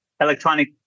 electronic